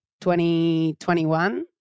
2021